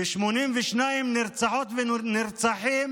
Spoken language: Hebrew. ויש 82 נרצחות ונרצחים